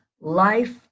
life